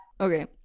Okay